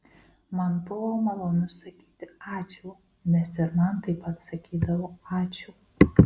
man buvo malonu sakyti ačiū nes ir man taip pat sakydavo ačiū